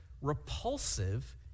repulsive